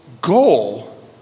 goal